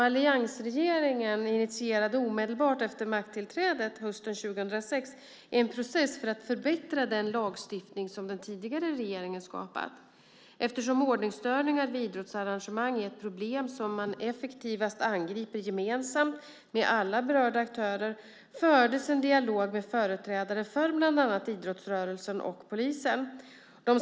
Alliansregeringen initierade omedelbart efter makttillträdet hösten 2006 en process för att förbättra den lagstiftning som den tidigare regeringen skapat. Eftersom ordningsstörningar vid idrottsarrangemang är ett problem som man effektivast angriper gemensamt med alla berörda aktörer fördes en dialog med företrädare för bland annat idrottsrörelsen och polisen.